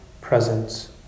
presence